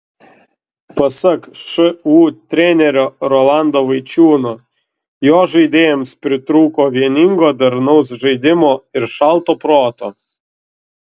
pasak šu trenerio rolando vaičiūno jo žaidėjams pritrūko vieningo darnaus žaidimo ir šalto proto